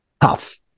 tough